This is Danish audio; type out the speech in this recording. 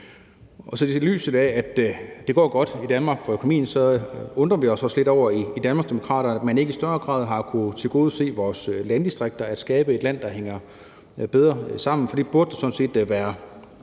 Men set i lyset af, at det går godt for økonomien i Danmark, undrer vi os også lidt over i Danmarksdemokraterne, at man ikke i større grad har kunnet tilgodese vores landdistrikter og skabe et land, der hænger bedre sammen, for det burde der sådan set være